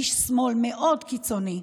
איש שמאל מאוד קיצוני,